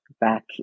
back